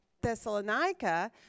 Thessalonica